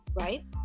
right